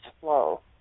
flow